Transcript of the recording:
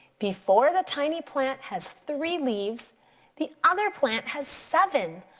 before the tiny plant has three leaves the other plant has seven.